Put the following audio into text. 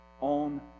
on